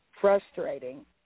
frustrating